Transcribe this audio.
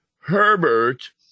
Herbert